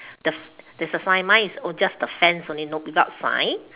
duf~ there's a sign mine is oh just the fence only no without sign